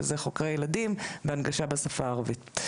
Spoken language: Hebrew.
חוקרי ילדים והנגשה בשפה הערבית.